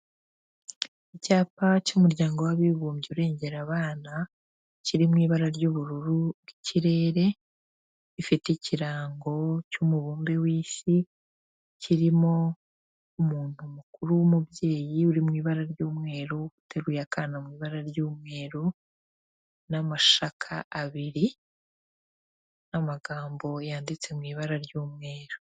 Icyapa cy'umuryango w'abibumbye urengera abana kiri mu ibara ry'ubururu bw'ikirere gifite ikirango cy'umubumbe w'isi kirimo umuntu mukuru w'umubyeyi uri mu ibara ry'umweru uteruye akana mu ibara ry'umweru n'amashyaka abiri n'amagambo yanditse mu ibara ry'umweru.